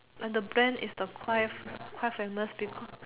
and the brand is the quite quite famous because